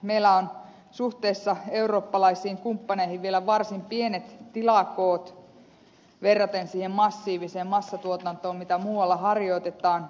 meillä on suhteessa eurooppalaisiin kumppaneihin vielä varsin pienet tilakoot verraten siihen massiiviseen massatuotantoon mitä muualla harjoitetaan